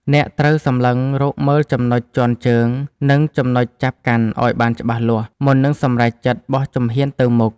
អ្នកត្រូវសម្លឹងរកមើលចំណុចជាន់ជើង និងចំណុចចាប់កាន់ឱ្យបានច្បាស់លាស់ មុននឹងសម្រេចចិត្តបោះជំហានទៅមុខ។